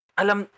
alam